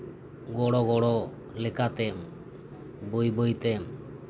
ᱜᱚᱲᱚ ᱜᱚᱲᱚ ᱞᱮᱠᱟᱛᱮᱢ ᱵᱟᱹᱭ ᱵᱟᱹᱭ ᱛᱮᱢ